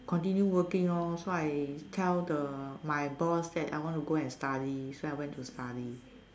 continue working lor so I tell the my boss that I want to go and study so I went to study